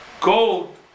gold